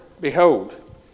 behold